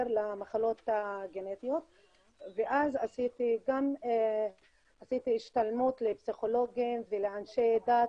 למחלות הגנטיות ואז עשיתי גם השתלמות לפסיכולוגים ולאנשי דת